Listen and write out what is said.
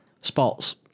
Spots